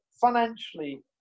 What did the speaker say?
financially